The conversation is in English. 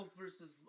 versus